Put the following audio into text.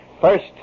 First